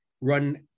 run